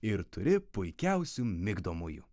ir turi puikiausių migdomųjų